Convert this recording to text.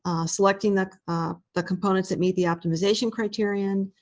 selecting the the components that meet the optimization criterion,